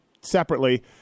separately